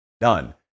Done